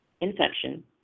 infection